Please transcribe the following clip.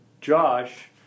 Josh